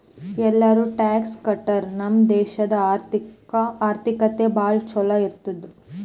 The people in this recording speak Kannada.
ಎಲ್ಲಾರೂ ಟ್ಯಾಕ್ಸ್ ಕಟ್ಟುರ್ ನಮ್ ದೇಶಾದು ಆರ್ಥಿಕತೆ ಭಾಳ ಛಲೋ ಇರ್ತುದ್